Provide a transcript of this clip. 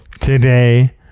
today